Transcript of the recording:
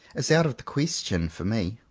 is out of the question for me.